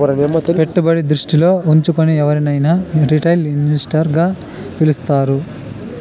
పెట్టుబడి దృష్టిలో ఉంచుకుని ఎవరినైనా రిటైల్ ఇన్వెస్టర్ గా పిలుస్తారు